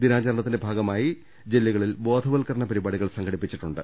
ദിനാചരണത്തിന്റെ ഭാഗമായി ജില്ലകളിൽ ബ്രോധവത്കരണ പരിപാടികൾ സംഘടിപ്പിച്ചിട്ടുണ്ട്